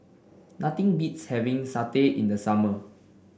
nothing beats having satay in the summer